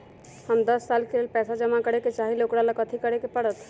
हम दस साल के लेल पैसा जमा करे के चाहईले, ओकरा ला कथि करे के परत?